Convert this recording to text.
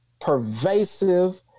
pervasive